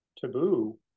taboo